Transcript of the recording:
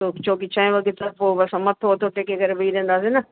छो की छह वगे खां पोइ असां मथो वथो टेके करे वेही रहंदासीं न